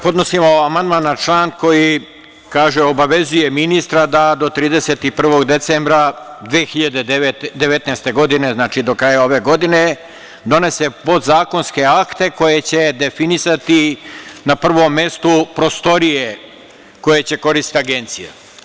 Podnosimo amandman na član koji kaže – obavezuje ministra da do 31. decembra 2019. godine, znači do kraja ove godine, donese podzakonske akte koje će definisati na prvom mestu prostorije koje će koristiti ta agencija.